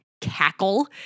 cackle